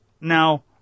Now